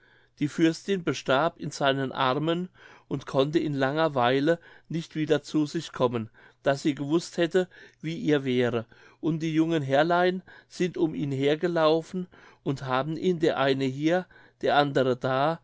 die fürstin bestarb in seinen armen und konnte in langer weile nicht wieder zu sich kommen daß sie gewußt hätte wie ihr wäre und die jungen herrlein sind um ihn her gelaufen und haben ihn der eine hier der andere da